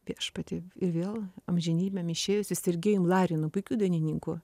viešpatį ir vėl amžinybėm išėjusiu sergejumi larinu puikiu dainininku